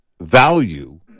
value